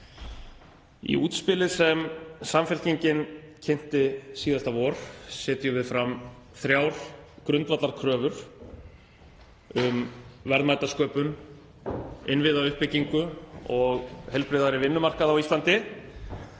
Í útspili sem Samfylkingin kynnti síðasta vor setjum við fram þrjár grundvallarkröfur um verðmætasköpun, innviðauppbyggingu og heilbrigðari vinnumarkað á Íslandi.